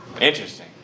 Interesting